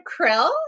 Krill